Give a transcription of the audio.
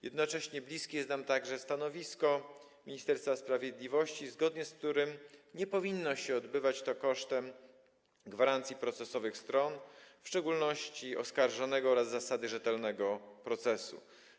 Jednocześnie bliskie jest nam stanowisko Ministerstwa Sprawiedliwości, zgodnie z którym nie powinno to się odbywać kosztem gwarancji procesowych stron, w szczególności oskarżonego, oraz z naruszeniem zasady rzetelnego procesu.